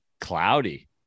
Cloudy